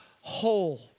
whole